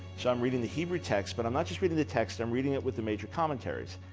so i'm reading the hebrew text, but i'm not just reading the text, i'm reading it with the major commentaries.